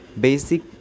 basic